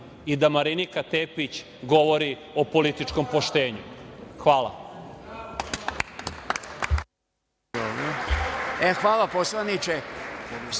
i da Marinika Tepić govori o političkom poštenju. Hvala.